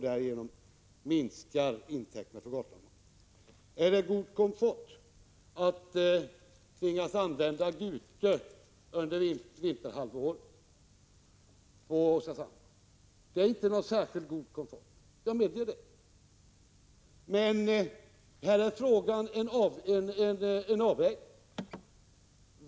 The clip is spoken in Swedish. Därigenom minskar intäkterna för Gotlandsbolaget. Är det god komfort att tvingas använda Gute till Oskarshamn under vinterhalvåret? Nej, jag medger att det inte är någon särskilt god komfort. Men det är fråga om en avvägning.